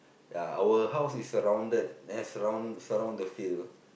ya our house is surrounded has surround surround the field